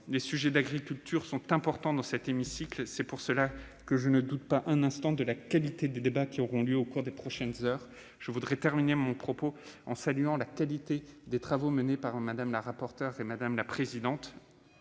sur l'agriculture dans cet hémicycle. C'est pourquoi je ne doute pas un instant de la qualité des débats qui auront lieu au cours des prochaines heures. Je voudrais clore mon propos en saluant la qualité des travaux menés par Mme la rapporteure et Mme la présidente